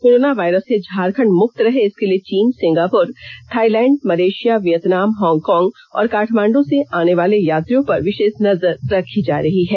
corona virus से झारखंड मुक्त रहे इसके लिए चीन Singapore Thailand Malaysia Vietnam Hong Kong और काठमांडूं से आने वाले यात्रियों पर विषेष नजर रखी जा रही है